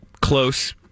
close